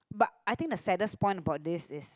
but I think the saddest point about this is